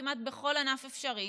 כמעט בכל ענף אפשרי,